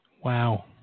Wow